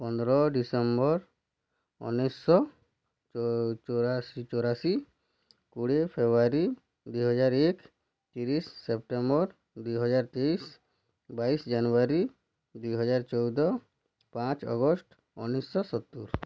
ପନ୍ଦର ଡିସେମ୍ବର ଉଣେଇଶିଶହ ଚଉରାଅଶୀ ଚଉରାଅଶୀ କୋଡ଼ିଏ ଫେବୃୟାରୀ ଦୁଇ ହଜାର ଏକ ତିରିଶି ସେପ୍ଟେମ୍ବର ଦୁଇ ହଜାର ତେଇଶି ବାଇଶି ଜାନୁୟାରୀ ଦୁଇ ହଜାର ଚଉଦ ପାଞ୍ଚ ଅଗଷ୍ଟ ଉଣେଇଶିଶହ ସତୁରି